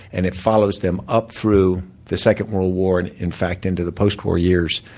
and it follows them up through the second world war, and in fact, into the post-war years.